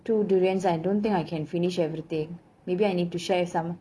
two durians I don't think I can finish everything maybe I need to share some